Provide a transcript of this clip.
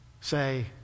Say